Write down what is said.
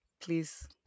please